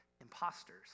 imposters